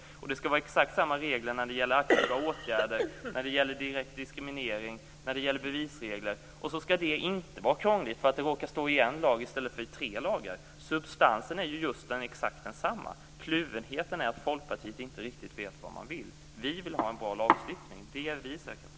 Det skall också vara exakt samma regler när det gäller aktiva åtgärder, när det gäller direkt diskriminering och när det gäller bevisregler. Och så skall det inte vara krångligt för att det råkar stå i en lag i stället för i tre lagar. Substansen är ju exakt den samma. Kluvenheten är att man i Folkpartiet inte riktigt vet vad man vill. Vi vill ha en bra lagstiftning. Det är vi säkra på.